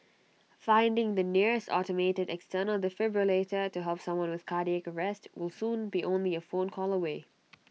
finding the nearest automated external defibrillator to help someone with cardiac arrest will soon be only A phone call away